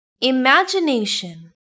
Imagination